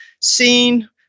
seen